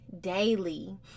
daily